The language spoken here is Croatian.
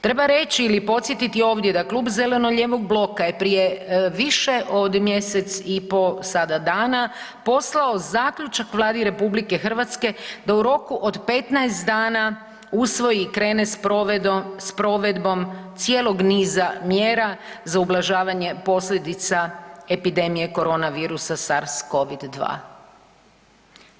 Treba reći ili podsjetiti ovdje da Klub zeleno-lijevog bloka je prije više od mjesec i po sada dana poslao zaključak Vladi RH da u roku od 15 dana usvoji i krene s provedbom cijelog niza mjera za ublažavanje posljedica epidemije korona virusa Sars-covid-2.